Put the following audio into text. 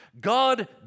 God